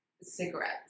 cigarettes